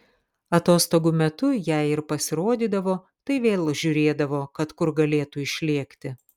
atostogų metu jei ir pasirodydavo tai vėl žiūrėdavo kad kur galėtų išlėkti